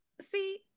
See